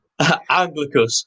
Anglicus